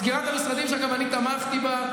סגירת המשרדים, גם אני תמכתי בה.